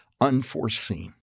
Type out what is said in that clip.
unforeseen